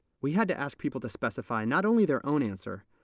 we had to ask people to specify not only their own answer,